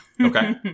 Okay